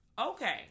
Okay